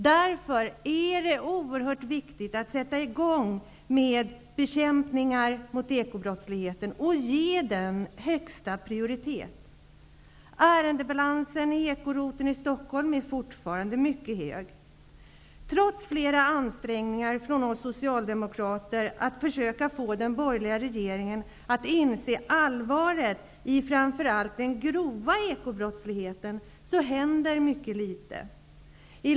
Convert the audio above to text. Därför är det oerhört viktigt att man sätter i gång med att bekämpa ekobrottsligheten, och att man ger detta arbete högsta prioritet. Ärendebalansen vid ekoroteln i Stockholm är fortfarande mycket stor. Trots flera ansträngningar från oss socialdemokrater för att försöka få den borgerliga regeringen att inse allvaret i framför allt den grova ekobrottsligheten, händer mycket litet.